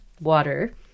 water